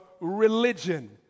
religion